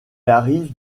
arrive